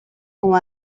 ont